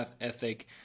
ethic